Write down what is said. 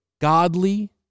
godly